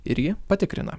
ir jį patikrina